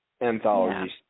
anthologies